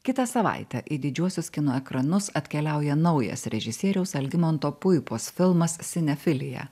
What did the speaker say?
kitą savaitę į didžiuosius kino ekranus atkeliauja naujas režisieriaus algimanto puipos filmas sinefilija